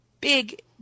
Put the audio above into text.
big